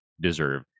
deserve